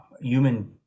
human